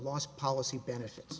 loss policy benefits